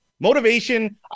motivation